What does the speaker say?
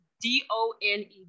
D-O-N-E